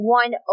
one